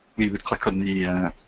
we would click on the,